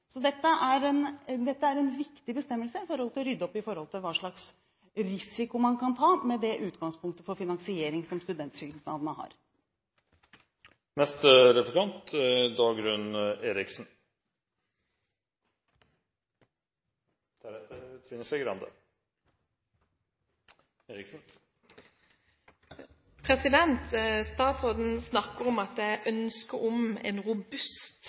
Så dette er en viktig bestemmelse for å rydde opp i hva slag risiko man kan ta med det utgangspunktet for finansiering som studentsamskipnadene har. Statsråden snakker om at det er et ønske om en robust